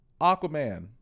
Aquaman